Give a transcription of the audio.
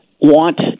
want